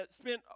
spent